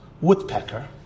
Woodpecker